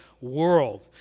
World